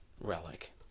relic